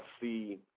see